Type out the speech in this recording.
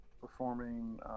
performing